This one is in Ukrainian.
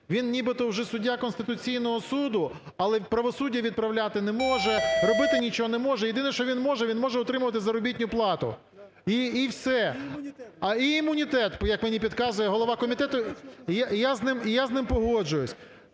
він нібито вже суддя Конституційного Суду, але правосуддя відправляти не може, робити нічого не може. Єдине, що він може, він може отримувати заробітню плату і все. І імунітет, як мені підказує голова комітету, я з ним...